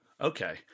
Okay